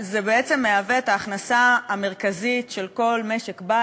זה בעצם מהווה את ההכנסה המרכזית של כל משק-בית,